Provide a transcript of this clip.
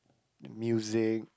music